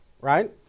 right